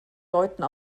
deuten